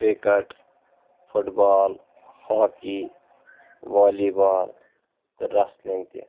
cricket football hockey volleyball تہٕ wrestling تہِ